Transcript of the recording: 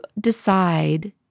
decide